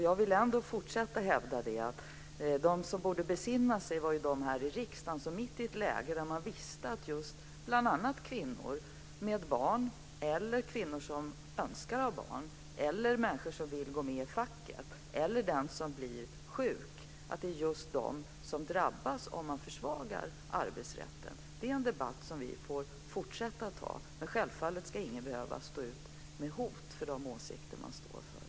Jag fortsätter att hävda att de som borde besinna sig är de här i riksdagen som mitt i ett läge där man visste att det är just bl.a. kvinnor med barn, kvinnor som önskar att ha barn, människor som vill gå med i facket eller den som blir sjuk som drabbas om man försvagar arbetsrätten ändå gör detta. Det är en debatt som vi får fortsätta att föra. Men självfallet ska ingen behöva stå ut med hot för de åsikter som man står för.